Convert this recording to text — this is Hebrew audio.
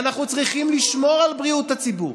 ואנחנו צריכים לשמור על בריאות הציבור.